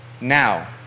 now